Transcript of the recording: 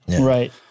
Right